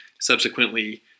subsequently